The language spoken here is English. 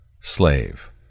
Slave